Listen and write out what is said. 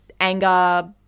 anger